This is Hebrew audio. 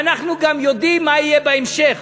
ואנחנו גם יודעים מה יהיה בהמשך.